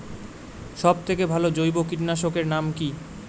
সব থেকে ভালো জৈব কীটনাশক এর নাম কি?